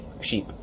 Sheep